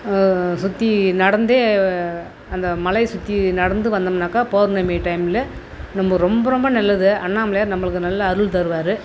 சுற்றி நடந்தே அந்த மலையை சுற்றி நடந்து வந்தம்னாக்க பௌர்ணமி டைமில் நம்ம ரொம்ப ரொம்ப நல்லது அண்ணாமலையார் நம்மளுக்கு நல்ல அருள் தருவார்